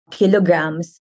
kilograms